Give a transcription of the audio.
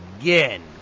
again